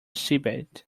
seabed